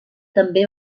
també